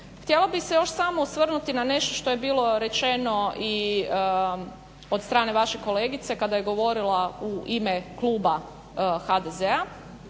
Htjela bih se još samo osvrnuti na nešto što je bilo rečeno i od strane vaše kolegice kada je govorila u ime kluba HDZ-a,